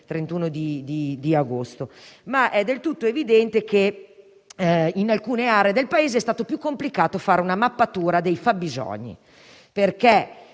31 agosto. Ma è del tutto evidente che in alcune aree del Paese è stato più complicato fare una mappatura dei fabbisogni, perché